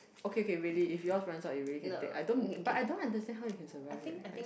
okay okay really if yours runs out you really can take I don't but I don't understand how you can survive eh I see